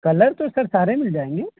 colour تو sir سارے مل جائیں گے